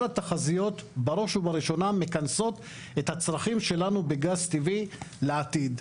כל התחזיות בראש ובראשונה מכנסות את הצרכים שלנו בגז טבעי לעתיד,